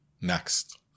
next